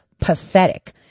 pathetic